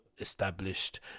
established